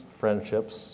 friendships